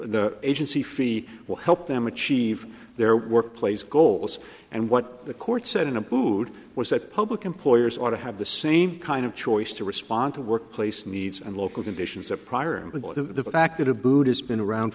the agency fee will help them achieve their workplace goals and what the court said in a booed was that public employers ought to have the same kind of choice to respond to workplace needs and local conditions or prior to the fact that a buddhist been around